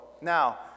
Now